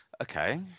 Okay